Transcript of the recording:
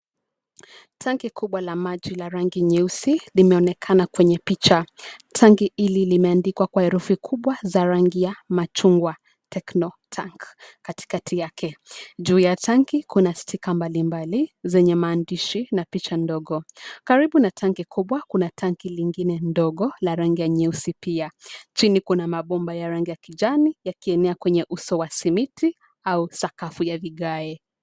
Tanki kubwa la maji la rangi nyeusi limeonekana kwenye picha. Tanki hili limeandikwa kwa herufi kubwa za rangi ya machungwa (cs)Techno tank(cs) katikati yake. Juu ya tanki kuna stika mbalimbali zenye maandishi na picha ndogo. Karibu na tanki kubwa kuna tanki lingine ndogo la rangi nyeusi pia, chini kuna mabomba ya rangi ya kijani yakienea kwa uso wa simiti au sakafu ya vigae.